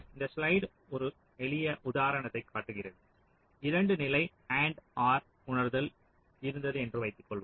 இந்த ஸ்லைடு ஒரு எளிய உதாரணத்தைக் காட்டுகிறது 2 நிலை AND OR உணர்தல் இருந்தது என்று வைத்துக்கொள்வோம்